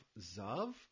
zav